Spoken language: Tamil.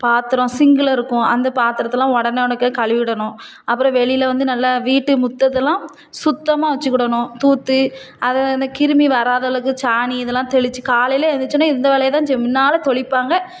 பாத்திரம் சிங்கில் இருக்கும் அந்த பாத்திரத்தெலாம் உடனே ஒடனுக்கே கழுவிடணும் அப்புறம் வெளியில் வந்து நல்லா வீட்டு முற்றத்தலாம் சுத்தமாக வச்சுக்கிடணும் தூற்று அதுதான் அந்த கிருமி வராத அளவுக்கு சாணி இதெல்லாம் தெளிச்சு காலையில் எந்திருச்சவொடன்னே எந்த வேலியைதான் முன்னால் தெளிப்பாங்க